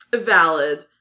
Valid